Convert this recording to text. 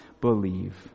believe